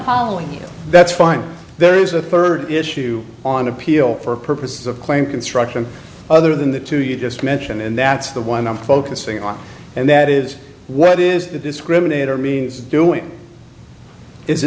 following you that's fine there is a third issue on appeal for purposes of claim construction other than the two you just mentioned and that's the one i'm focusing on and that is what is the discriminator means